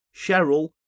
Cheryl